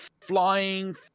flying